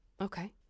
Okay